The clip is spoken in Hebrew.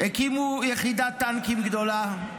הקימו יחידת טנקים גדולה,